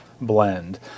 blend